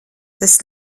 tas